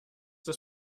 das